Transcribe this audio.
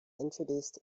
introduced